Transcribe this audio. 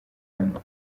hano